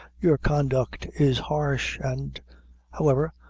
your conduct is harsh and however,